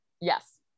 Yes